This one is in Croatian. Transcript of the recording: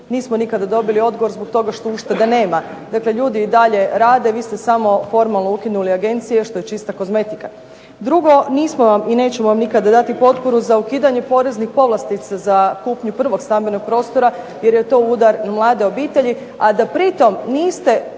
nismo nikada dobili odgovor zbog toga što ušteda nema. Dakle, ljudi i dalje rade. Vi ste samo formalno ukinuli agencije što je čista kozmetika. Drugo, nismo vam i nećemo vam nikada dati potporu za ukidanje poreznih povlastica za kupnju prvog stambenog prostora jer je to udar na mlade obitelji, a da pritom niste